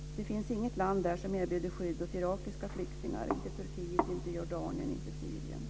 Det finns inget land där som erbjuder skydd åt irakiska flyktingar, inte Turkiet, inte Jordanien, inte Jag fortsätter i mitt nästa anförande.